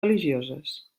religioses